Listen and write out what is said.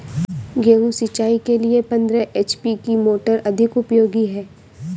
गेहूँ सिंचाई के लिए पंद्रह एच.पी की मोटर अधिक उपयोगी है?